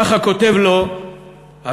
ככה כותב לו המבקר: